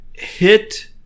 hit